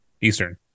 Eastern